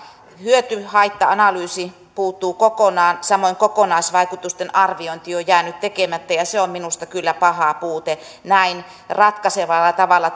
hyöty haitta analyysi puuttuu kokonaan samoin kokonaisvaikutusten arviointi on jäänyt tekemättä ja se on minusta kyllä paha puute näin ratkaisevalla tavalla